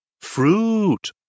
Fruit